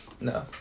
No